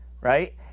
right